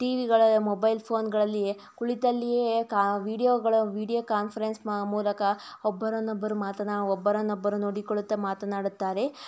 T ವಿಗಳ mobile ಫೋನುಗಳಲ್ಲಿಯೇ ಕುಳಿತಲ್ಲಿಯೇ ಕ ವೀಡಿಯೋಗಳ ವೀಡಿಯೋ ಕಾನ್ಫರೆನ್ಸ್ ಮ ಮೂಲಕ ಒಬ್ಬರನ್ನೊಬ್ಬರು ಮಾತನಾ ಒಬ್ಬರನ್ನೊಬ್ಬರು ನೋಡಿಕೊಳ್ಳುತ್ತಾ ಮಾತನಾಡುತ್ತಾರೆ